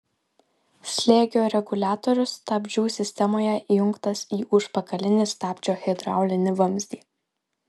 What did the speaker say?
slėgio reguliatorius stabdžių sistemoje įjungtas į užpakalinį stabdžio hidraulinį vamzdį